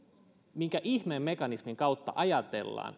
minkä ihmeen mekanismin kautta ajatellaan